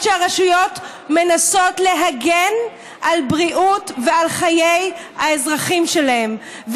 שהרשויות מנסות להגן על הבריאות ועל החיים של האזרחים שלהם.